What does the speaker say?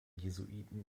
jesuiten